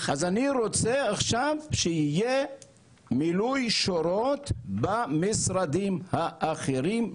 אז אני רוצה עכשיו שיהיה מילוי שורות במשרדים האחרים,